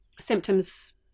symptoms